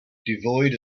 devoid